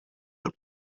del